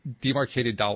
Demarcated